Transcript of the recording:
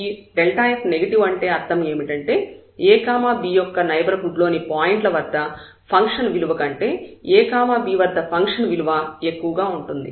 ఈ f negative అంటే అర్థం ఏమిటంటే a b యొక్క నైబర్హుడ్ లోని పాయింట్ల వద్ద ఫంక్షన్ విలువ కంటే a b వద్ద ఫంక్షన్ విలువ ఎక్కువగా ఉంటుంది